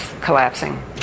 collapsing